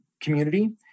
community